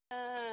हाँ